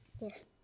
Yes